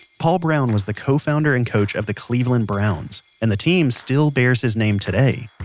paul brown was the co-founder and coach of the cleveland browns, and the team still bears his name today.